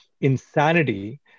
insanity